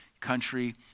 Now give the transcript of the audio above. country